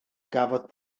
gafodd